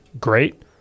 great